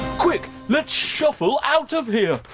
quick. let's shuffle out of here.